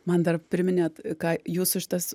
man dar priminėt ką jūsų šitas